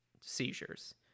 seizures